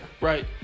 Right